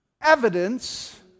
evidence